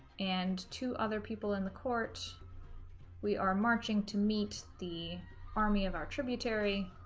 and two other people in the court we are marching to meet the army of our tributary